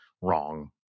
wrong